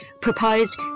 proposed